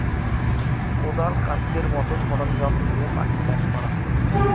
কোঁদাল, কাস্তের মতো সরঞ্জাম দিয়ে মাটি চাষ করা হয়